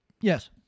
Yes